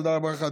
תודה רבה לך,